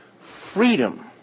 freedom